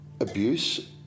abuse